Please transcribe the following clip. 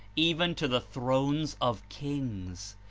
even to the thrones of kings.